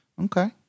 Okay